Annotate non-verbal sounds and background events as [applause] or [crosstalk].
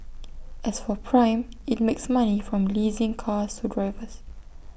[noise] as for prime IT makes money from leasing cars to drivers